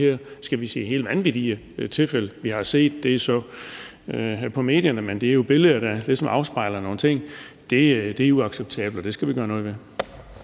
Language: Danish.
de her, skal vi sige helt vanvittige tilfælde – det er så i medierne, men det er jo billeder, der ligesom afspejler nogle ting – er uacceptabelt, og det skal vi gøre noget ved.